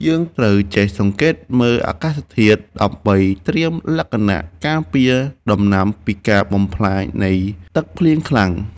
យើងត្រូវចេះសង្កេតមើលអាកាសធាតុដើម្បីត្រៀមលក្ខណៈការពារដំណាំពីការបំផ្លាញនៃទឹកភ្លៀងខ្លាំង។